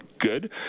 good